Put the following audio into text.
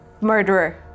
Murderer